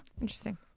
Interesting